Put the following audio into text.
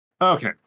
Okay